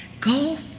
Go